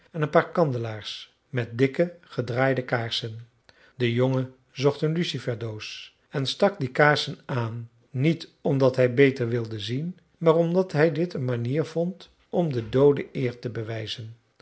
en een paar kandelaars met dikke gedraaide kaarsen de jongen zocht een lucifersdoos en stak die kaarsen aan niet omdat hij beter wilde zien maar omdat hij dit een manier vond om de doode eer te bewijzen